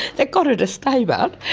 that got her to stay but,